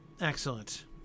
Excellent